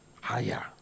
Higher